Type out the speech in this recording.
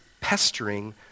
pestering